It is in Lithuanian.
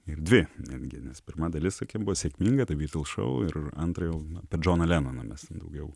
ir dvi netgi nes pirma dalis sakykim sėkminga tai bitl šou ir antrą jau apie džoną lenoną mes daugiau